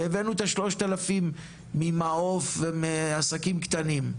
והבאנו את ה-3,000 ממעוף ומעסקים קטנים.